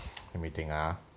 let me think ah